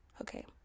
Okay